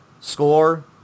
score